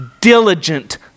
diligent